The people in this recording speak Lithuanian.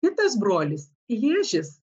kitas brolis ježis